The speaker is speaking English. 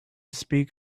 speak